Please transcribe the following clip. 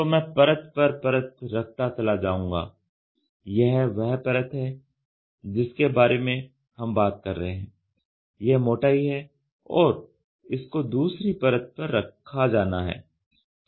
तो मैं परत पर परत रखता चला जाऊंगा यह वह परत है जिसके बारे में हम बात कर रहे हैं यह मोटाई है और इसको दूसरी परत पर रखा जाना है